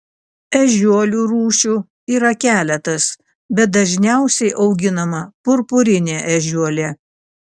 ežiuolių rūšių yra keletas bet dažniausiai auginama purpurinė ežiuolė